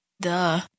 Duh